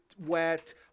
wet